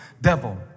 devil